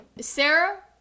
Sarah